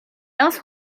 else